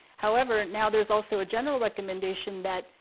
however, now there is also a general recommendation that,